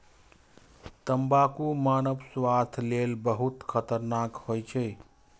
तंबाकू मानव स्वास्थ्य लेल बहुत खतरनाक होइ छै